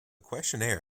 questionnaire